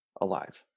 alive